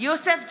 יוסף ג'בארין,